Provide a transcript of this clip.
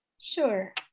Sure